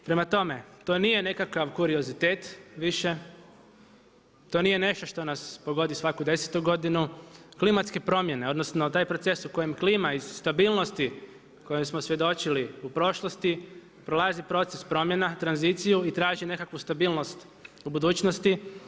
Prema tome, to nije nekakav kuriozitet više, to nije nešto što nas pogodi svaku desetu godinu, klimatske promjene odnosno taj proces u kojem klima iz stabilnost kojoj smo svjedočili u prošlosti prolazi proces promjena, tranziciju i traži nekakvu stabilnost u budućnosti.